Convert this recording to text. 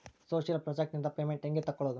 Social project ನಿಂದ payment ಹೆಂಗೆ ತಕ್ಕೊಳ್ಳದು?